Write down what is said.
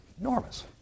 Enormous